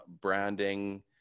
branding